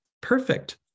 Perfect